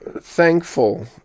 thankful